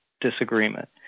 disagreement